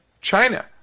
China